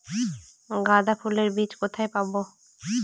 গাঁদা ফুলের বীজ কোথায় পাবো?